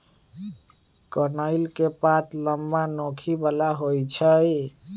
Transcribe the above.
कनइल के पात लम्मा, नोखी बला होइ छइ